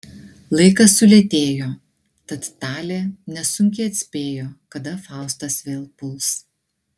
laikas sulėtėjo tad talė nesunkiai atspėjo kada faustas vėl puls